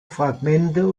fragmente